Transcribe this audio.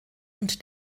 und